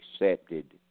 accepted